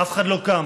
אף אחד לא קם.